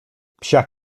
psia